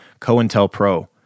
COINTELPRO